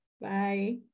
Bye